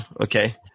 okay